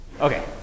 Okay